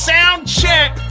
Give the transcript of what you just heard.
Soundcheck